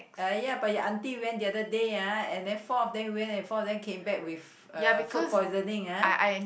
uh ya but your auntie went the other day ah and then four of them went and four of them came back with uh food poisoning ah